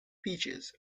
peaches